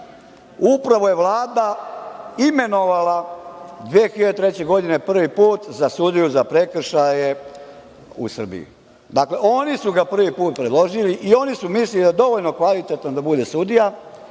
upravo ga je Vlada imenovala 2003. godine prvi put za sudiju za prekršaje u Srbiji. Dakle, oni su ga prvi put predložili i oni su mislili da je dovoljno kvalitetan da bude sudija.